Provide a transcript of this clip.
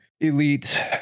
Elite